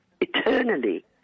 eternally